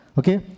okay